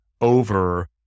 over